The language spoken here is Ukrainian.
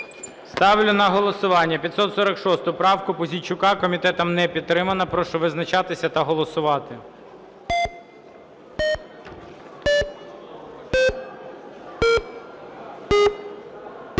Ставлю на голосування 546 правку Пузійчука. Комітетом не підтримана. Прошу визначатися та голосувати.